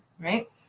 right